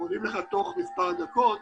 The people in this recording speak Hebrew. עונים לך תוך מספר דקות,